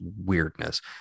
weirdness